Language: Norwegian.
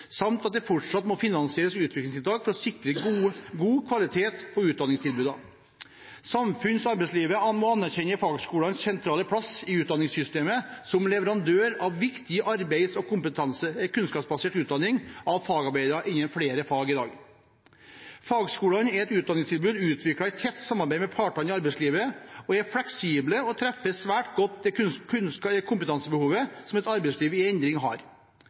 samt at det fortsatt må finansieres utviklingstiltak for å sikre god kvalitet på utdanningstilbudene. Samfunns- og arbeidslivet må anerkjenne fagskolenes sentrale plass i utdanningssystemet som leverandør av viktig arbeids- og kunnskapsbasert utdanning av fagarbeidere i flere fag. Fagskolene er et utdanningstilbud utviklet i tett samarbeid med partene i arbeidslivet, de er fleksible og treffer svært godt det kompetansebehovet som et arbeidsliv i endring har.